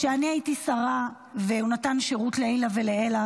כשהייתי שרה הוא נתן שירות לעילא ולעילא